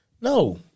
No